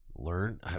learn